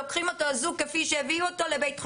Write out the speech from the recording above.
לוקחים אותו אזוק כפי שהביאו אותו לבית חולים.